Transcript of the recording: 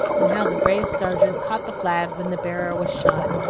and how the brave sergeant caught the flag when the bearer was shot,